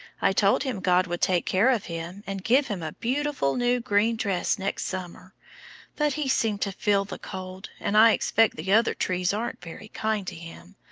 i told him god would take care of him, and give him a beautiful new green dress next summer but he seemed to feel the cold, and i expect the other trees aren't very kind to him.